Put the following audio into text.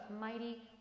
mighty